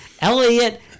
Elliot